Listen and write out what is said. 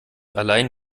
allein